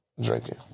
drinking